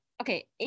okay